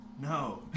No